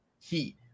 Heat